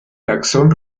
taxón